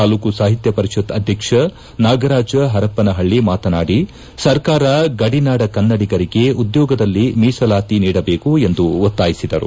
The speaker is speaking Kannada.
ತಾಲೂಕು ಸಾಹಿತ್ಯ ಪರಿಷತ್ ಅಧ್ಯಕ್ಷ ನಾಗರಾಜ ಹರಪ್ಪನಹಳ್ಳಿ ಮಾತನಾಡಿ ಸರ್ಕಾರ ಗಡಿನಾಡ ಕನ್ನಡಿಗರಿಗೆ ಉದ್ಯೋಗದಲ್ಲಿ ಮೀಸಲಾತಿ ನೀಡಬೇಕು ಎಂದು ಒತ್ತಾಯಿಸಿದರು